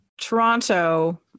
Toronto